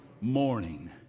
morning